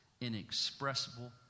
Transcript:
inexpressible